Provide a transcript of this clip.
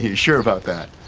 yeah sure about that?